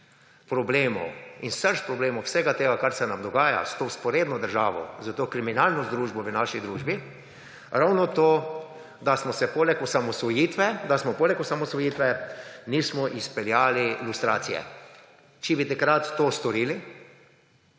problemov in srž problemov, vsega tega, kar se nam dogaja s to vzporedno državo, s to kriminalno združbo v naši družbi, ravno to, da poleg osamosvojitve nismo izpeljali lustracije. Če bi takrat to storili,